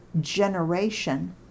generation